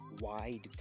wide